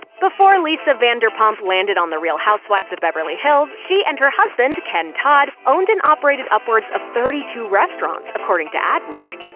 before lisa vanderpump landed on the real housewives of beverly hills, she and her husband, ken todd, owned and operated upwards of thirty two restaurants, according to adweek.